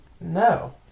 no